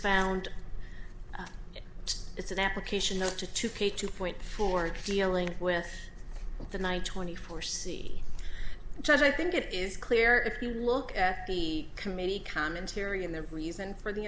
found it's an application of to to pay two point four dealing with the ny twenty four c just i think it is clear if you look at the committee commentary and the reason for the